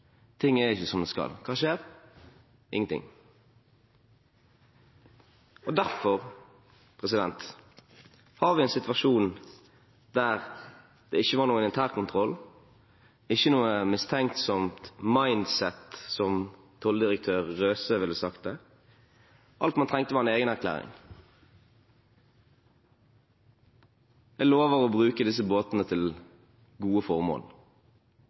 Ting er ikke som de skal. Hva skjer? Ingenting. Derfor har vi en situasjon der det ikke var noen internkontroll, ikke noe mistenksomt «mind set», som tolldirektør Røse ville sagt det. Alt man trengte, var en egenerklæring, og at man lovet å bruke disse båtene til gode formål,